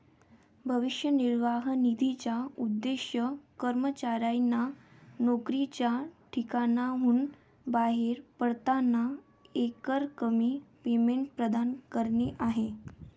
भविष्य निर्वाह निधीचा उद्देश कर्मचाऱ्यांना नोकरीच्या ठिकाणाहून बाहेर पडताना एकरकमी पेमेंट प्रदान करणे आहे